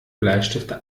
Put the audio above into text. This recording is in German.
bleistifte